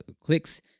clicks